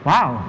Wow